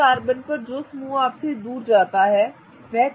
तीसरे कार्बन पर जो समूह आपसे दूर जाता है ठीक है